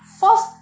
first